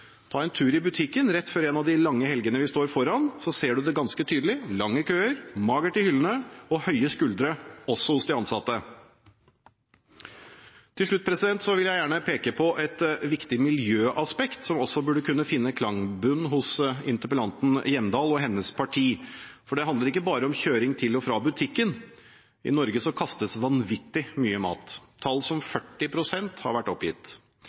Ta en tur i butikken rett før en av de lange helgene vi står foran, så ser du det ganske tydelig: lange køer, magert i hyllene og høye skuldre – også hos de ansatte. Til slutt vil jeg gjerne peke på et viktig miljøaspekt som også burde kunne finne klangbunn hos interpellanten Hjemdal og hennes parti. Det handler ikke bare om kjøring til og fra butikken. I Norge kastes vanvittig mye mat, tall som 40 pst. har vært oppgitt.